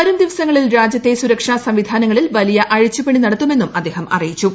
വരുംദിവസങ്ങളിൽ രാജ്യത്തെ സുരക്ഷാ സംവിധാനങ്ങളിൽ വലിയ അഴിച്ചുപണി നടത്തുമെന്നും അദ്ദേഹം അറിയിച്ചു